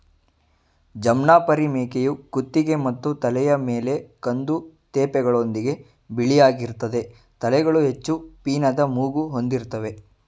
ಜಮ್ನಾಪರಿ ಮೇಕೆಯು ಕುತ್ತಿಗೆ ಮತ್ತು ತಲೆಯ ಮೇಲೆ ಕಂದು ತೇಪೆಗಳೊಂದಿಗೆ ಬಿಳಿಯಾಗಿರ್ತದೆ ತಲೆಗಳು ಹೆಚ್ಚು ಪೀನದ ಮೂಗು ಹೊಂದಿರ್ತವೆ